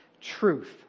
truth